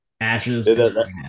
Ashes